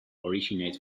originates